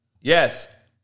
Yes